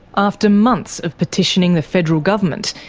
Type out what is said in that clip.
after months of petitioning the federal government,